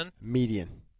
Median